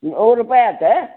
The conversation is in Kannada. ನೂರು ರೂಪಾಯಿ ಆತಾ